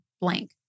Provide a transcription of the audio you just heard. blank